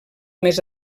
més